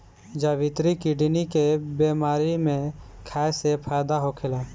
जावित्री किडनी के बेमारी में खाए से फायदा होखेला